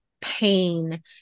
pain